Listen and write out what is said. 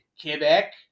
Quebec